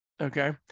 Okay